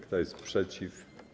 Kto jest przeciw?